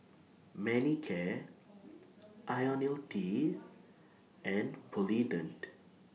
Manicare Ionil T and Polident